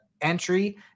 entry